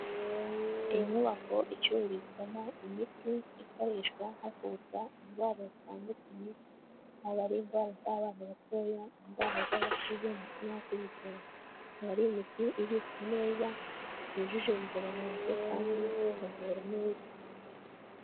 Inyubako icururizwamo imiti ikoreshwa havurwa indwara zitandukanye, haba ari indwara z'abana batoya, indwara z'abakuze ndetse n'abakuze cyane. Aba ari imiti ibikwa neza yujuje ubuziranenge kandi ikavura neza.